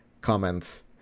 comments